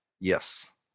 Yes